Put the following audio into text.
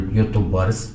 YouTubers